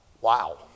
wow